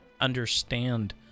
understand